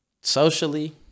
Socially